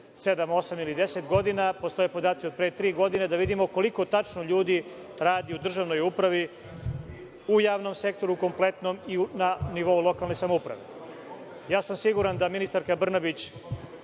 osam ili deset godina, postoje podaci od pre tri godine, da vidimo koliko tačno ljudi radi u državnoj upravi, u javnom sektoru kompletnom i na nivou lokalne samouprave. Siguran sam da ministarka Brnabić